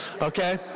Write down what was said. okay